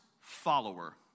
follower